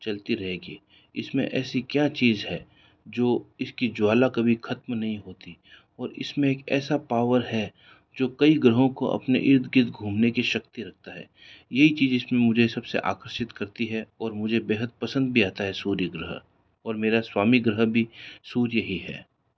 चलती रहेगी इसमें ऐसी क्या चीज है जो इसकी ज्वाला कभी खत्म नहीं होती और इसमें ऐसा पावर है जो कई ग्रहों को अपने इर्द गिर्द घूमने की शक्ति रखता है यही चीज मुझे सबसे आकर्षित करती है और मुझे बेहद पसंद भी आता है सूर्य ग्रह और मेरा स्वामी ग्रह भी सूर्य ही है